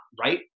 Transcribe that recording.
right